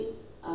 ya